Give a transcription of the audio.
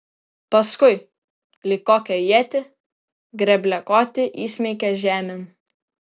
paskui lyg kokią ietį grėbliakotį įsmeigė žemėn